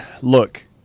look